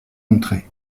montrer